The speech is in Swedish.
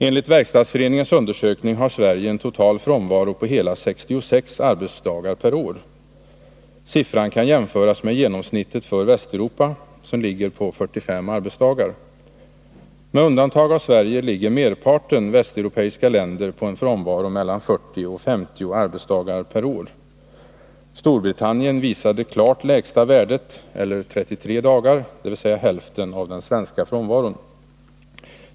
Enligt Verkstadsföreningens undersökning har Sverige en total frånvaro på hela 66 arbetsdagar per år. Siffran kan jämföras med genomsnittet för Västeuropa som ligger på 45 arbetsdagar. Med undantag av Sverige ligger merparten västeuropeiska länder på en frånvaro mellan 40 och 50 arbetsda gar per år. Storbritannien visade klart lägsta värdet eller 33 dagar, dvs. hälften av den svenska frånvaron.